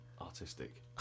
artistic